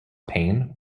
pain